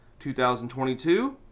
2022